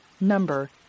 Number